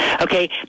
okay